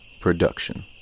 production